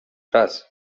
czas